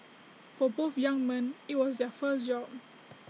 for both young men IT was their first job